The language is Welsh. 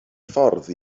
ffordd